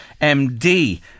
MD